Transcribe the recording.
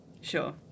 Sure